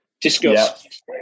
discuss